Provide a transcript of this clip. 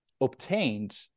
obtained